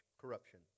corruption